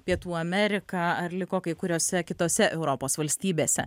pietų ameriką ar liko kai kuriose kitose europos valstybėse